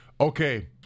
Okay